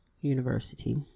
university